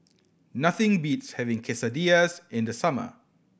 nothing beats having Quesadillas in the summer